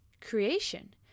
creation